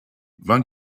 van